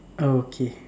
oh okay